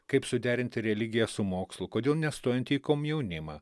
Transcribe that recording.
kaip suderinti religiją su mokslu kodėl nestojanti į komjaunimą